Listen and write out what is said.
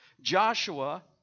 Joshua